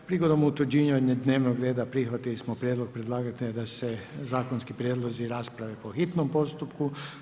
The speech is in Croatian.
Prigodom utvrđivanja dnevnog reda prihvatili smo prijedlog predlagatelja da se zakonski prijedlozi rasprave po hitnom postupku.